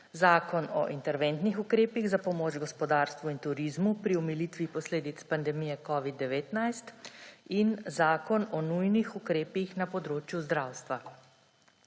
Zakon o interventnih ukrepih za pomoč gospodarstvu in turizmu pri omilitvi pandemije covid-19 in Zakon o nujnih ukrepih na področju zdravstva.